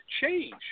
change